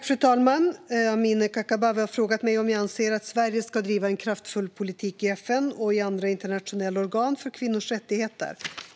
Fru talman! Amineh Kakabaveh har frågat mig om jag anser att Sverige ska driva en kraftfull politik i FN och i andra internationella organ för kvinnors rättigheter.